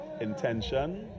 intention